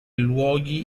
luoghi